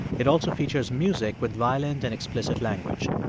it also features music with violent and explicit language.